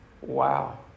Wow